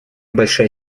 большая